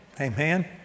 Amen